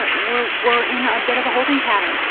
but we're we're in a bit of a holding pattern.